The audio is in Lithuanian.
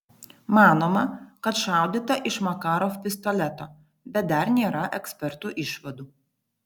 manoma kad šaudyta iš makarov pistoleto bet dar nėra ekspertų išvadų